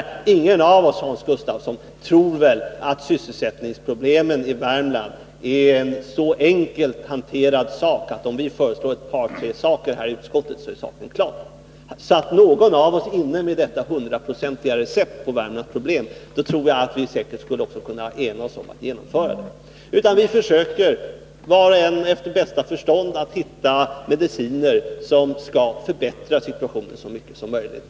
Ingen av oss, Hans Gustafsson, tror väl att sysselsättningsproblemen i Värmland är så enkla att hantera att om vi bara föreslår ett par tre saker här i utskottet, är saken klar. Skulle någon av oss sitta inne med detta hundraprocentigt lyckade recept på en lösning av Värmlands problem, då skulle vi säkert också kunna ena oss om att genomföra det. Vi försöker, var och en efter bästa förstånd, att hitta mediciner som skall förbättra situationen så mycket som möjligt.